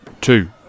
two